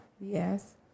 yes